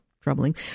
troubling